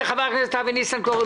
זה חבר הכנסת אבי ניסנקורן,